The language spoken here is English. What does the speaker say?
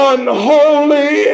Unholy